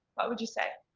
what would you say?